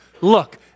Look